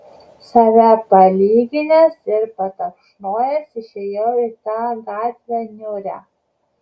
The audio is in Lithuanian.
save palyginęs ir patapšnojęs išėjau į tą gatvę niūrią